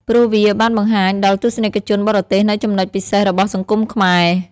ព្រោះវាបានបង្ហាញដល់ទស្សនិកជនបរទេសនូវចំណុចពិសេសរបស់សង្គមខ្មែរ។